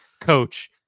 coach